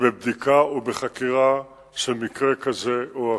בבדיקה ובחקירה של מקרה כזה או אחר,